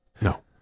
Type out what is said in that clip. No